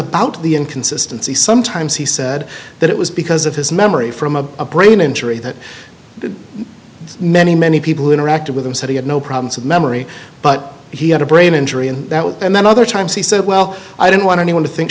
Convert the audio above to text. about the inconsistency sometimes he said that it was because of his memory from a brain injury that many many people who interacted with him said he had no problems of memory but he had a brain injury and that was and then other times he said well i don't want anyone to think